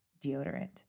deodorant